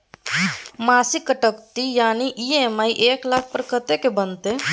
मासिक कटौती यानी ई.एम.आई एक लाख पर कत्ते के बनते?